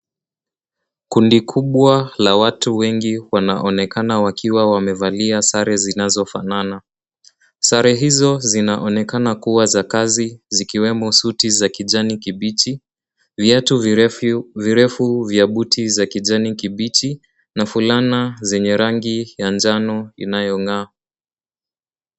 Kundi kubwa la watu wengi wanaonekana wakiwa wamevalia sare zinazofanana. Sare hizo zinaonekana kuwa za kazi, zikiwemo suti za kijani kibichi, viatu virefu vya buti za kijani kibichi, na fulana zenye rangi ya njano inayong'aa.